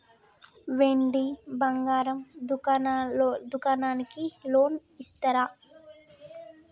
వెండి బంగారం దుకాణానికి లోన్ ఇస్తారా?